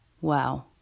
Wow